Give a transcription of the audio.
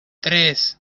tres